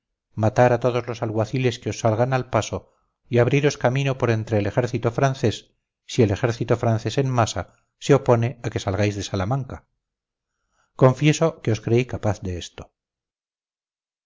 matar a todos los alguaciles que os salgan al paso y abriros camino por entre el ejército francés si el ejército francés en masa se opone a que salgáis de salamanca confieso que os creí capaz de esto